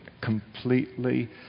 completely